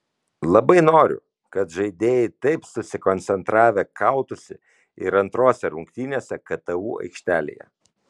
labai noriu kad žaidėjai taip susikoncentravę kautųsi ir antrose rungtynėse ktu aikštelėje